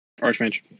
Archmage